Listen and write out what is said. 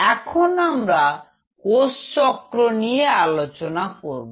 এখন আমরা কোষচক্র নিয়ে আলোচনা করব